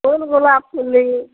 कोन बला फूल ली